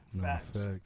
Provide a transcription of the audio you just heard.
Facts